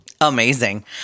Amazing